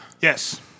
Yes